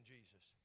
Jesus